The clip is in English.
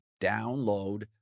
Download